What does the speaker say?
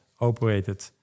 operated